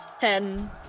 Ten